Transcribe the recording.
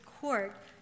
court